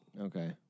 Okay